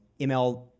ML